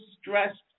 stressed